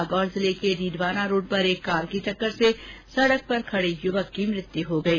नागौर जिले के डीडवाना रोड पर एक कार की टक्कर से सड़क पर खड़े युवक की मृत्यु हो गयी